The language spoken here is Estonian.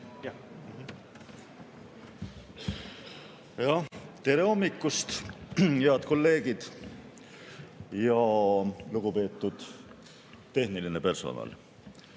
Tere hommikust, head kolleegid! Lugupeetud tehniline personal!